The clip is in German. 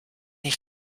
ich